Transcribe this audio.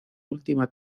última